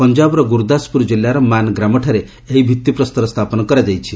ପଞ୍ଜାବର ଗୁରୁଦାସପୁର ଜିଲ୍ଲାର ମାନ୍ ଗ୍ରାମଠାରେ ଏହି ଭିତ୍ତିପ୍ରସ୍ତର ସ୍ଥାପନ କରାଯାଇଛି